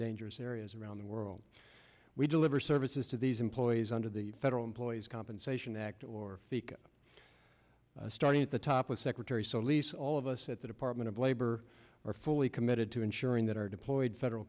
dangerous areas around the world we deliver services to these employees under the federal employees compensation act or speak starting at the top with secretary solis all of us at the department of labor are fully committed to ensuring that our deployed federal